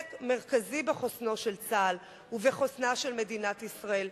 מרכזי בחוסנו של צה"ל ובחוסנה של מדינת ישראל.